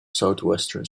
southwestern